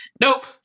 Nope